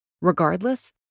Regardless